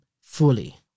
fully